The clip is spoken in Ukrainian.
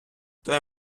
той